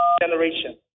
generation